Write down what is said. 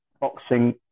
boxing